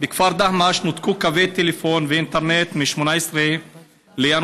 בכפר דהמש נותקו קווי הטלפון והאינטרנט ב-18 בינואר